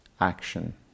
action